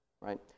right